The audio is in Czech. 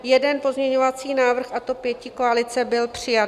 Jeden pozměňovací návrh, a to pětikoalice, byl přijat.